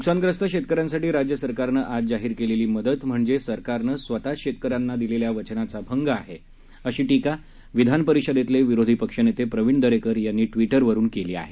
नुकसानग्रस्त शेतकऱ्यांसाठी राज्य सरकारनं आज जाहीर केलेली मदत म्हणजे सरकारनं स्वतःच शेतकऱ्यांना दिलेल्या वचनाचा भंग आहे अशी टिका विधानपरिषदेतले विरोधीपक्षनेते प्रवीण दरेकर यांनी ट्विटरवरून केली आहे